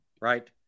right